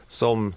som